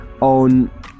on